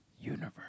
Universe